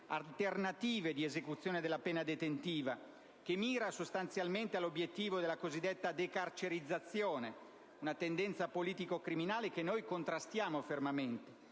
alternative di esecuzione della pena detentiva e a raggiungere sostanzialmente l'obiettivo della cosiddetta decarcerizzazione (tendenza politico-criminale che noi contrastiamo fermamente),